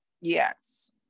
yes